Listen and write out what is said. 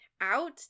out